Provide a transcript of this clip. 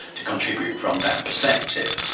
to contribute from that perspective,